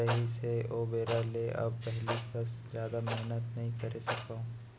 रहिस हे ओ बेरा ले अब पहिली कस जादा मेहनत नइ करे सकव